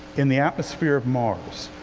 in the atmosphere of mars.